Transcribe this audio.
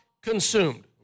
consumed